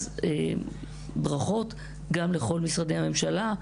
אז ברכות גם לכל משרדי הממשלה,